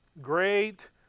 great